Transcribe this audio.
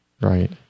Right